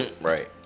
right